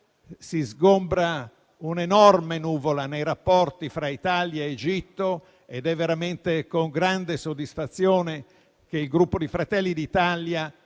si sgombra un'enorme nuvola nei rapporti fra Italia ed Egitto. Ed è veramente con grande soddisfazione che il Gruppo Fratelli d'Italia